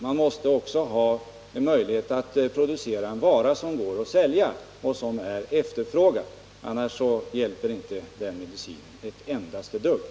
Man måste också ha möjlighet att producera en vara som går att sälja och som är efterfrågad annars hjälper det inte den industrin ett enda dugg.